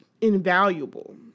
invaluable